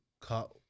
cut